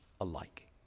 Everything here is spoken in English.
alike